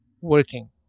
working